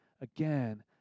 again